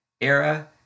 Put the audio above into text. era